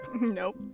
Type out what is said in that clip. Nope